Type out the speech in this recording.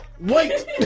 Wait